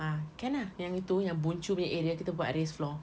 ah can ah yang itu yang bucu nya area kita buat raised floor